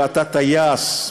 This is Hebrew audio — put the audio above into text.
אתה טייס,